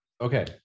okay